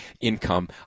income